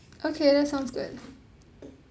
okay that sounds good